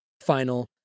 final